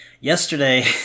yesterday